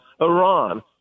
Iran